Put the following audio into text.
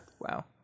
Wow